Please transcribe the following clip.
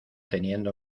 teniendo